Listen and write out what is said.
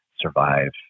survive